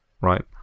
Right